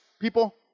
people